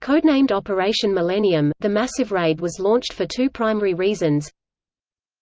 codenamed operation millennium, the massive raid was launched for two primary reasons